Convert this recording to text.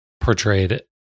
portrayed